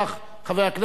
חבר הכנסת דב חנין,